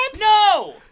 No